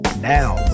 now